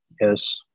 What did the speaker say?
yes